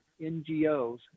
NGOs